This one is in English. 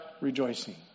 rejoicing